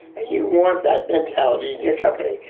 and you want that mentality in your company.